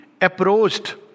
approached